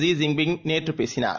ஜீஜின் பிங்நேற்றுபேசினார்